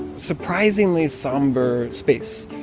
surprisingly somber space.